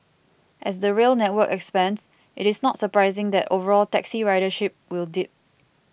as the rail network expands it is not surprising that overall taxi ridership will dip